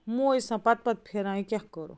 موج ٲس آسان پتہٕ پتہٕ پھیران یہِ کیٛاہ کوٚرُو